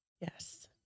Yes